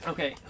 Okay